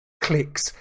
clicks